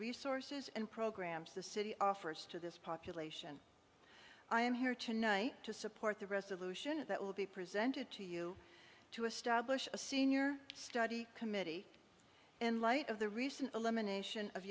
resources and programs the city offers to this population i am here tonight to support the resolution that will be presented to you to establish a senior study committee in light of the recent elimination of